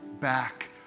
back